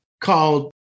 called